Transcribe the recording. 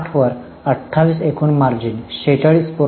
तर 60 वर 28 एकूण मार्जिन 46